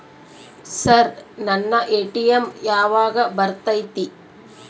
Sir ನನ್ನ ATM ಯಾವಾಗ ಬರತೈತಿ?